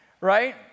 right